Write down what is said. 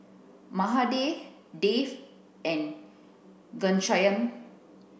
Mahade Dev and Ghanshyam